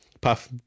Puff